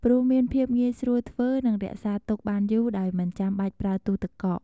ព្រោះមានភាពងាយស្រួលធ្វើនិងរក្សាទុកបានយូរដោយមិនចាំបាច់ប្រើទូទឹកកក។